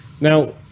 Now